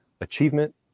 achievement